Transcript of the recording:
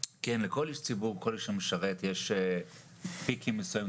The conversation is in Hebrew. לכל איש ציבור ככל שהוא משרת יש "פיקים" מסוימים,